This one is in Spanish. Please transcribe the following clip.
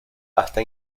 hasta